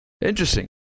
Interesting